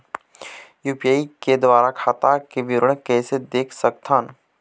UPI के द्वारा खाता के विवरण कैसे देख सकत हन?